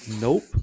nope